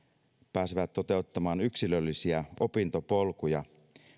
pääsevät toteuttamaan yksilöllisiä opintopolkuja